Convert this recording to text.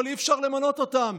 אבל אי-אפשר למנות אותם,